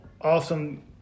awesome